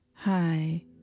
Hi